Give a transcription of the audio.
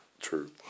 true